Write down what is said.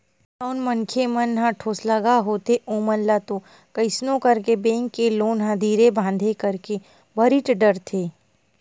जउन मनखे मन ह ठोसलगहा होथे ओमन ह तो कइसनो करके बेंक के लोन ल धीरे बांधे करके छूटीच डरथे